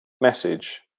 message